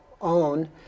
own